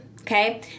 okay